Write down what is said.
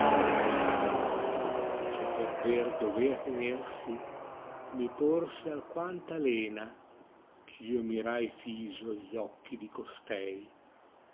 anima che per ter dovea tenersi mi porse alquanto lena ch io mirai fiso gli occhi di costei